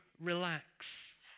relax